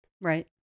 right